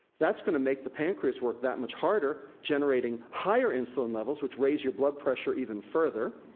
that's gonna make the pancreas work that much harder generating higher insulin levels, which raise your blood pressure even further,